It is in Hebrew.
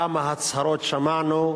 כמה הצהרות שמענו,